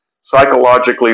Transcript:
psychologically